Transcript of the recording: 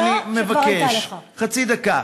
אני מבקש, חצי דקה.